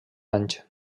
anys